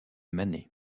manet